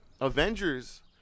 Avengers